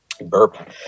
burp